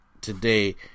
Today